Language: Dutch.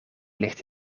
ligt